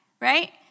right